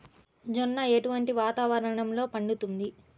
జొన్న ఎటువంటి వాతావరణంలో పండుతుంది?